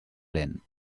lent